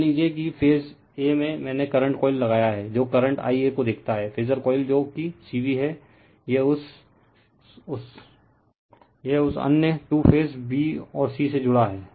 मान लीजिए कि फेज a में मैंने करंट कॉइल लगाया है जो करंट Ia को देखता है और फेजर कॉइल जो कि CV है यह उस अन्य टू फेज b और c से जुड़ा है